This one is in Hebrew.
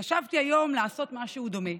וחשבתי היום לעשות משהו דומה.